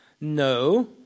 No